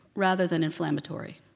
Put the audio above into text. rather than inflammatory.